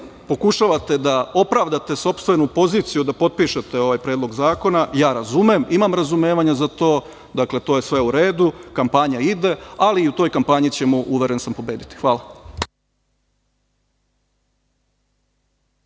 pokušavate da opravdate sopstvenu poziciju da potpišete ovaj predlog zakona, ja razumem. Imam razumevanja za to. Dakle, to je sve u redu. Kampanja ide, ali i u toj kampanji ćemo, uveren sam, pobediti. Hvala.